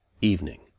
Evening